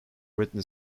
written